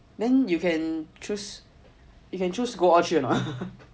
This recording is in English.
then you can choose you can choose to go all three or not